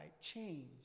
Change